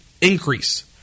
increase